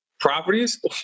properties